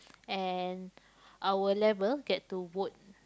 and our level get to vote